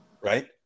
right